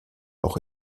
auch